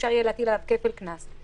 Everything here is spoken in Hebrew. אפשר יהיה להטיל עליו כפל קנס,